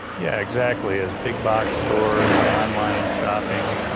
yeah exactly, as big box stores, online shopping,